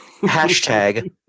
Hashtag